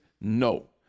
No